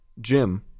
Jim